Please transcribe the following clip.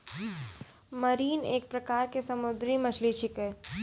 marine एक प्रकार के समुद्री मछली छेकै